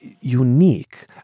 unique